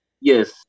Yes